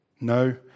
No